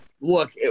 Look